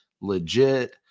legit